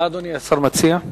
מה אדוני השר מציע?